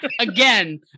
Again